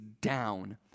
down